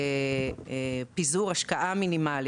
ופיזור השקעה מינימלי,